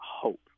hope